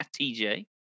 TJ